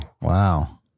Wow